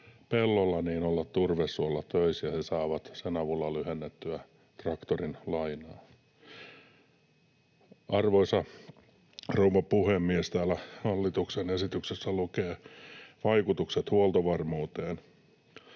pellolla, olla turvesuolla töissä ja he saavat sen avulla lyhennettyä traktorin lainaa. Arvoisa rouva puhemies! Täällä hallituksen esityksessä lukee ”Vaikutukset huoltovarmuuteen: